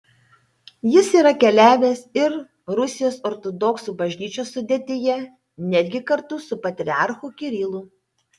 jis yra keliavęs ir rusijos ortodoksų bažnyčios sudėtyje netgi kartu su patriarchu kirilu